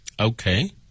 Okay